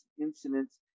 incidents